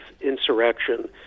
insurrection